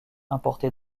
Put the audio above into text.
importés